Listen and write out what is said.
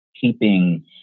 keeping